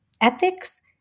ethics